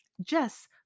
Jess